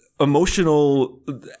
Emotional